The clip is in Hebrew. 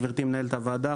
גברתי מנהלת הוועדה,